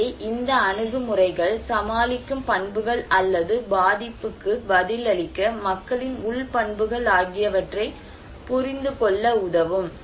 எனவே இந்த அணுகுமுறைகள் சமாளிக்கும் பண்புகள் அல்லது பாதிப்புக்கு பதிலளிக்க மக்களின் உள் பண்புகள் ஆகியவற்றைப் புரிந்துகொள்ள உதவும்